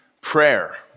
prayer